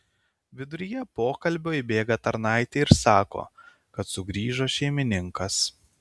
viduryje pokalbio įbėga tarnaitė ir sako kad sugrįžo šeimininkas